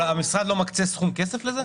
המשרד לא מקצה סכום כסף לזה?